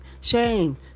shame